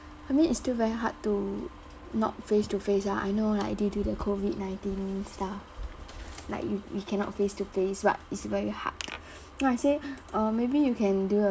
I mean it's still very hard to not face to face ah I know like they do the COVID nineteen stuff like you you cannot face to face but it's very hard so I say err maybe you can do a